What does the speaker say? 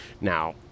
now